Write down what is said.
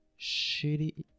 shitty